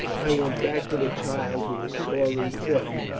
i went back to the child, who is sorely ill.